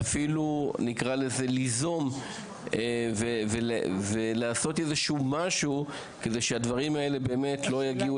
ואפילו ליזום ולעשות איזה משהו כדי שהדברים האלה לא יגיעו